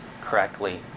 correctly